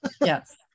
Yes